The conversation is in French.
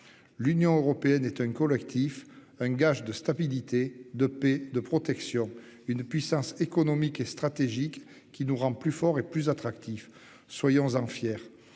L'Union européenne est un collectif, un gage de stabilité de paix de protection, une puissance économique et stratégique qui nous rend plus fort et plus attractif, soyons-en fiers